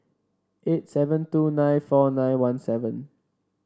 eight seven two nine four nine one seven